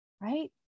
right